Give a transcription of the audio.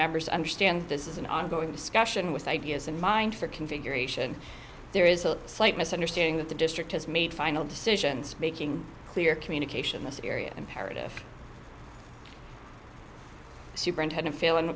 members understand this is an ongoing discussion with ideas in mind for configuration there is a slight misunderstanding that the district has made final decisions making clear communication in this area imperative superintendent failing